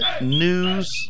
news